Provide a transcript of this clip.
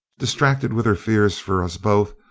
distracted with her fears for us both,